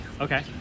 Okay